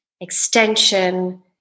extension